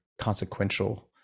consequential